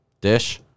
Dish